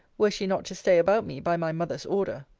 were she not to stay about me by my mother's order.